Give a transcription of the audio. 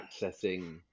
accessing